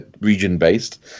region-based